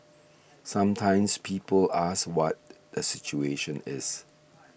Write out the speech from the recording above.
sometimes people ask what the situation is